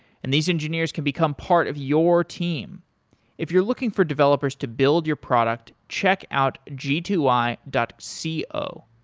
and these engineers can become part of your team if you're looking for developers to build your product, check out g two i point c o.